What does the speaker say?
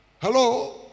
Hello